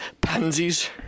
Pansies